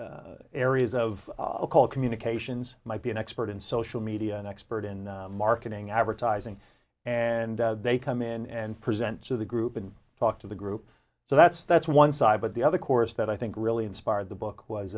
various areas of local communications might be an expert in social media and expert in marketing advertising and they come in and present to the group and talk to the group so that's that's one side but the other course that i think really inspired the book was